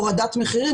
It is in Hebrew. הורדת מחירים,